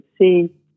see